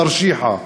מתרשיחא,